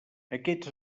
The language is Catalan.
aquests